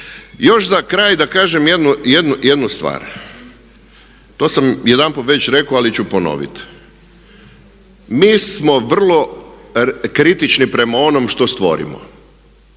Još za kraj da kažem jednu stvar. To sam jedanput već rekao ali ću ponoviti. Mi smo vrlo kritični prema onom što stvorimo.